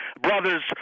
brothers